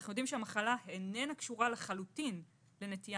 אנחנו יודעים שהמחלה איננה קשורה לחלוטין לנטייה